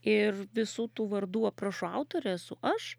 ir visų tų vardų aprašų autorė esu aš